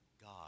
God